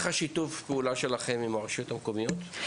איך שיתוף הפעולה שלכם עם הרשויות המקומיות?